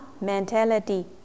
mentality